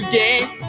game